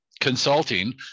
consulting